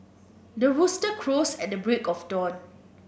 the rooster crows at the break of dawn